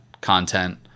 content